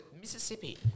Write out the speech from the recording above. Mississippi